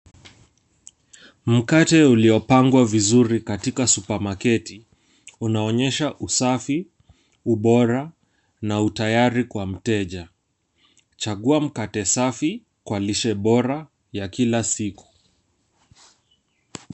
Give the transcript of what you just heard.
Mkate uliopangwa vizuri katika supamaketi, unaonyesha usafi, ubora na utayari kwa mteja. Chagua mkate safi kwa lishe bora ya kila siku.